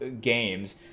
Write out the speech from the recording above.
games